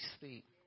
speak